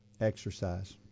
exercise